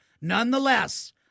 Nonetheless